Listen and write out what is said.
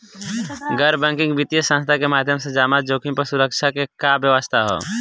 गैर बैंकिंग वित्तीय संस्था के माध्यम से जमा जोखिम पर सुरक्षा के का व्यवस्था ह?